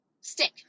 stick